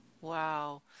Wow